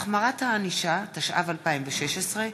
(החמרת הענישה), התשע"ו 2016,